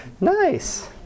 Nice